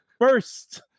First